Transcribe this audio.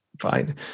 fine